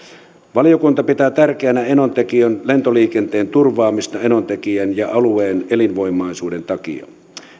valiokunta pitää tärkeänä enontekiön lentoliikenteen turvaamista enontekiön ja alueen elinvoimaisuuden takia